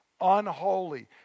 Unholy